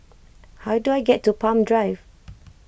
how do I get to Palm Drive